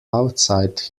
outside